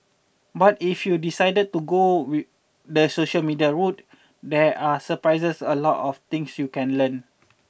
but if you decided to go we the social media route there are surprisingly a lot of things you can learn